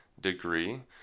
degree